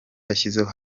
yashyize